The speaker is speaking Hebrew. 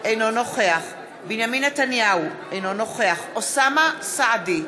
אינו נוכח בנימין נתניהו, אינו נוכח אוסאמה סעדי,